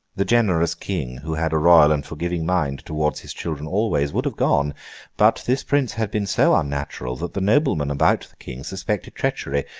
the generous king, who had a royal and forgiving mind towards his children always, would have gone but this prince had been so unnatural, that the noblemen about the king suspected treachery,